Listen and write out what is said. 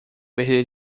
perder